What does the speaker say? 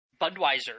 Budweiser